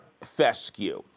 fescue